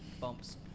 bumps